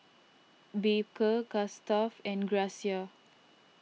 Baker Gustav and Gracia